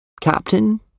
Captain